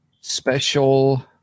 special